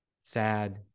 sad